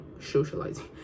socializing